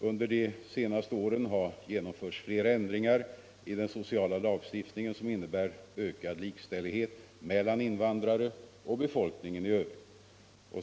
Under de senaste åren har genomförts flera förändringar i den sociala lagstiftningen som innebär ökad likställighet mellan invandrare och befolkningen i övrigt.